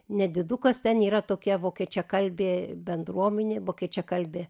nedidukas ten yra tokia vokiečiakalbė bendruomenė vokiečiakalbė